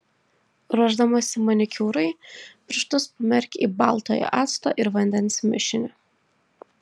ruošdamasi manikiūrui pirštus pamerk į baltojo acto ir vandens mišinį